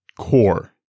core